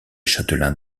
châtelains